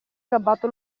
gabbato